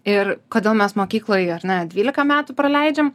ir kodėl mes mokykloj ar ne dvylika metų praleidžiam